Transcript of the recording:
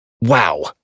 Wow